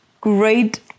great